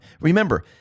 Remember